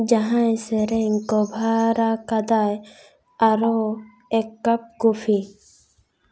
ᱡᱟᱦᱟᱸᱭ ᱥᱮᱨᱮᱧ ᱠᱚᱵᱷᱟᱨ ᱟᱠᱟᱫᱟᱭ ᱟᱨᱦᱚᱸ ᱮᱠ ᱠᱟᱯ ᱠᱚᱯᱷᱤ